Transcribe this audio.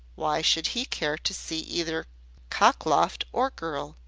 why should he care to see either cockloft or girl?